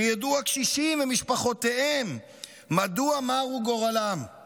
שידעו הקשישים ומשפחותיהם מדוע מר הוא גורלם;